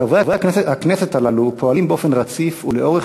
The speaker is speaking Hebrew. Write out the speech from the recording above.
חברי הכנסת הללו פועלים באופן רציף ולאורך